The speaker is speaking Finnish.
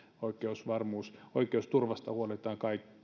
oikeusvarmuudesta oikeusturvasta huolehditaan